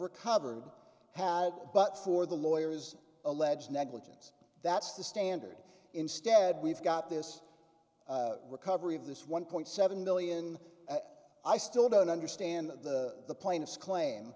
recovered had but for the lawyers allege negligence that's the standard instead we've got this recovery of this one point seven million i still don't understand the plaintiff's claim